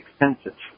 expensive